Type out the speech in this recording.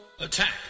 Attack